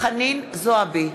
חנין זועבי,